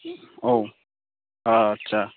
औ आच्चा